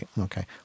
Okay